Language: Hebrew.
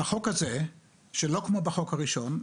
החוק הזה שלא כמו בחוק הראשון,